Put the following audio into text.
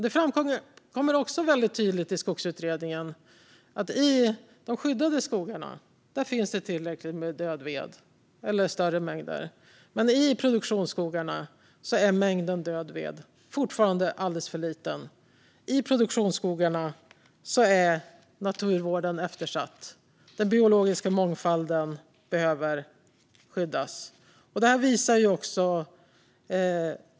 Det framkommer också väldigt tydligt i Skogsutredningen att det i de skyddade skogarna finns tillräckligt med död ved, eller större mängder. Men i produktionsskogarna är mängden död ved fortfarande alldeles för liten. I produktionsskogarna är naturvården eftersatt. Den biologiska mångfalden behöver skyddas.